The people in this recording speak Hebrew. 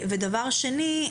ודבר שני,